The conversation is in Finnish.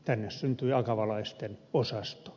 tänne syntyi akavalaisten osasto